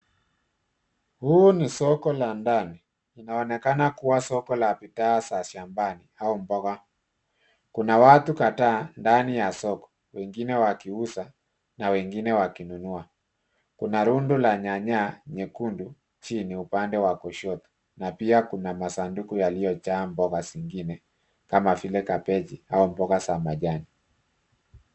Huu ni soko la ndani. Linaonekana kuwa soko la bidha za shambani au mboga. Kuna watu kadhaa ndani ya soko, wengine wakiuza na wengine wakinunua. Kuna rundo la nyanya nyekundu chini upande wa kushoto na pia kuna masanduku yaliyojaa mboga zingine kama vile kabichi au mboga za majani.